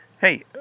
Hey